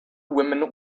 women